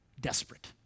desperate